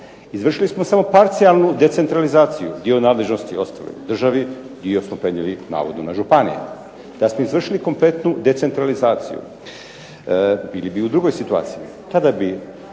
Izvršili smo samo parcijalnu decentralizaciju, dio nadležnosti …/Ne razumije se./…, dio smo prenijeli navodno na županije. Da smo izvršili kompletnu decentralizaciju bili bi u drugoj situaciji. Tada bi